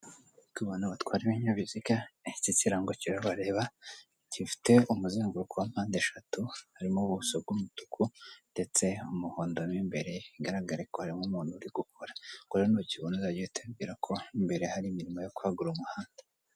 Ku bantu batwara ibinyabiziga iki kirango kirabareba gifite umuzinnguruko mpande eshatu harimo ubuso bw'umutuku ndetse umuhondo w'imbere igaragare ko harimo umuntu uri gukora ngo nukiboneza ute mbwira ko mbere hari imirimo yo kwagura umuhanda.